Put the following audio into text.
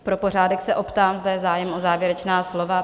Pro pořádek se optám, zda je zájem o závěrečná slova?